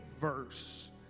verse